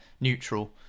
neutral